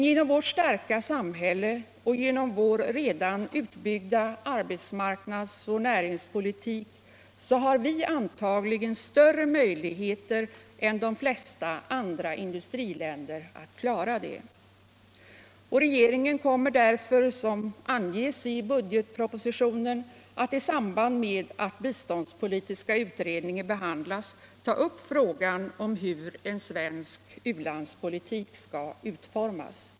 Genom vårt starka samhälle och genom vår redan utbyggda arbetsmarknads och näringspolitik har vi antagligen större möjligheter än de flesta andra industriländer att klara detta. Regeringen kommer därför, som anges i budgetpropositionen, att i samband med att biståndspolitiska utredningen behandlas ta upp frågan om hur en svensk u-landspolitik skall utformas.